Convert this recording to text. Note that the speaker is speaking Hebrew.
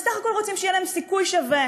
בסך הכול רוצים שיהיה להם סיכוי שווה.